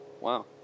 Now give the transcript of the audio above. Wow